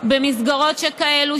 במסגרות שכאלו,